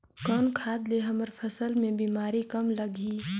कौन खाद ले हमर फसल मे बीमारी कम लगही?